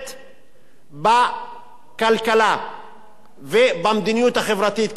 בכלכלה ובמדיניות החברתית-כלכלית.